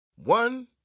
One